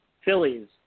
Phillies